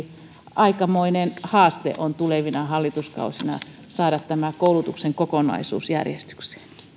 aikamoinen haaste on tulevina hallituskausina saada tämä koulutuksen kokonaisuus järjestykseen